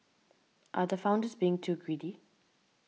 are the founders being too greedy